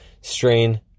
strain